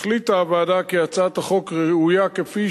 החליטה הוועדה כי הצעת החוק ראויה כפי